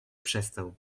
przestał